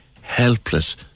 helpless